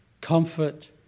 comfort